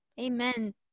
Amen